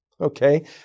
Okay